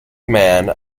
man